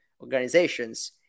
organizations